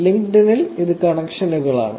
ലിങ്ക്ഡ്ഇനിൽ ഇത് കണക്ഷനുകളാണ്